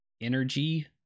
energy